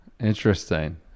Interesting